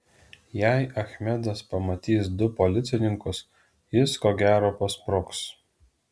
jei achmedas pamatys du policininkus jis ko gero paspruks